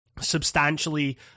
substantially